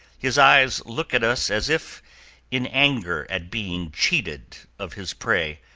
his eyes look at us as if in anger at being cheated of his prey,